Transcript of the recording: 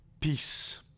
Peace